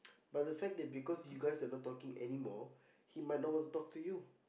but the fact that because you guys are not talking anymore he might not wants to talk to you